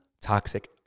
toxic